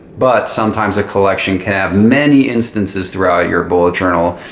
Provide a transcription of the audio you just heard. but sometimes a collection can have many instances throughout your bullet journal.